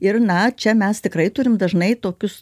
ir na čia mes tikrai turim dažnai tokius